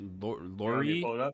Lori